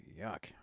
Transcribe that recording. yuck